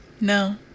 No